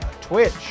twitch